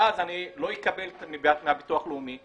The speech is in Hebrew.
ואז אני לא אקבל מביטוח לאומי,